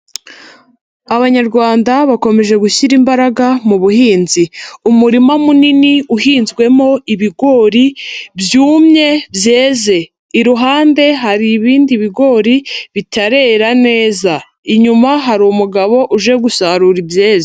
Abanyarwanda bakomeje gushyira imbaraga mu buhinzi, umurima munini uhinzwemo ibigori byumye byeze, iruhande hari ibindi bigori bitarera neza, inyuma hari umugabo uje gusarura ibyeze.